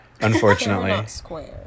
unfortunately